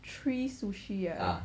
three sushi ah